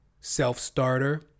self-starter